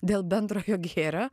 dėl bendrojo gėrio